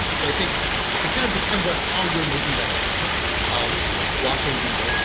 so i think it kind of depends on how you're making that assessment of blockchain being bull,